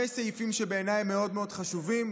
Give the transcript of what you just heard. סעיפים שבעיניי הם מאוד מאוד חשובים,